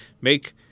make